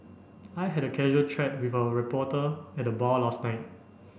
I had a casual chat with a reporter at the bar last night